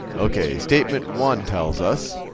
ok, statement one tells us